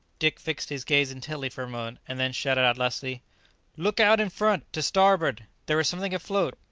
dick fixed his gaze intently for a moment, and then shouted out lustily look out in front, to starboard! there is something afloat.